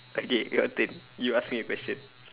okay your turn you ask me a question